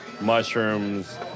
mushrooms